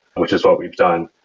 which is what we've done.